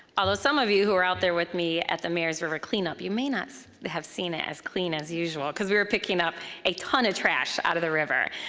although some of you who were out there with me at the mayor's river cleanup, you may not have seen it as clean as usual cause we were picking up a ton of trash out of the river.